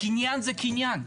קניין זה קניין.